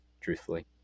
truthfully